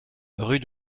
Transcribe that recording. rue